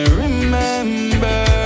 remember